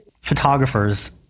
photographers